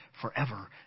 forever